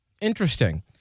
Interesting